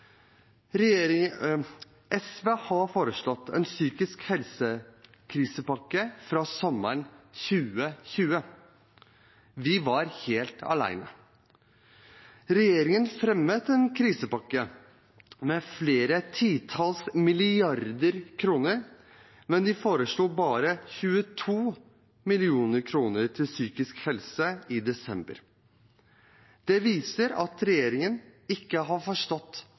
SV har foreslått en psykisk helse-krisepakke fra sommeren 2020. Vi var helt alene. Regjeringen fremmet en krisepakke med titalls milliarder kroner, men de foreslo bare 22 mill. kr til psykisk helse i desember. Det viser at regjeringen ikke har forstått